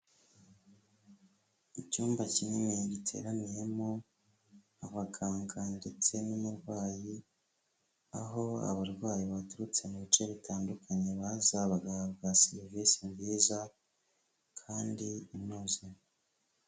Icyumba kinini giteraniyemo abaganga ndetse n'umurwayi, aho abarwayi baturutse mu bice bitandukanye baza bagahabwa serivisi nziza kandi inoze.